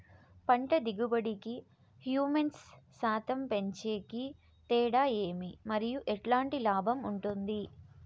పంట దిగుబడి కి, హ్యూమస్ శాతం పెంచేకి తేడా ఏమి? మరియు ఎట్లాంటి లాభం ఉంటుంది?